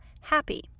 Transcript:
happy